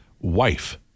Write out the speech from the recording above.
wife